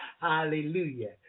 Hallelujah